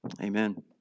Amen